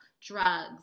drugs